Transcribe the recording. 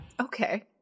Okay